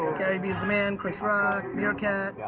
carey b's the man, chris rock, meerkat.